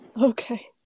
Okay